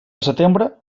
setembre